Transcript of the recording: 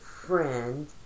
Friend